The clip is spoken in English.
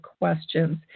Questions